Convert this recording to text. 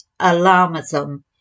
alarmism